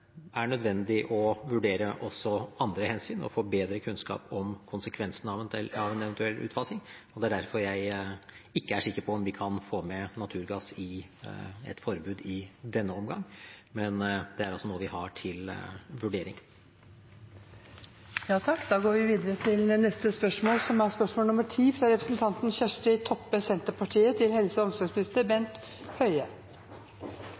er nødvendig å vurdere også andre hensyn og få bedre kunnskap om konsekvensene av en eventuell utfasing, og det er derfor jeg ikke er sikker på om vi kan få med naturgass i et forbud i denne omgang. Men det er altså noe vi har til vurdering. «Da Stortinget behandlet Senterpartiets representantforslag om innholdsmerking av alkoholholdig drikk, skrev regjeringen og Venstre i innstillingen at det er